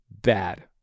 bad